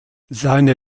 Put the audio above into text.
seine